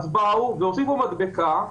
אז הוסיפו מדבקה,